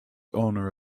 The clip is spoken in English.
owner